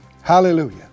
Hallelujah